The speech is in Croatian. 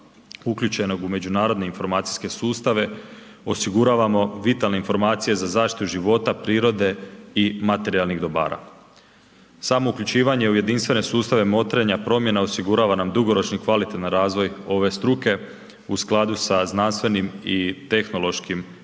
uključenog u međunarodne informacijske sustave osiguravamo vitalne informacije za zaštitu života, prirode i materijalnih dobara. Samo uključivanje u jedinstvene sustave motrenja promjena osigurava nam dugoročan i kvalitetan razvoj ove struke u skladu sa znanstvenim i tehnološkim dostignućima